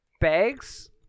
bags